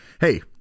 hey